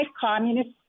communist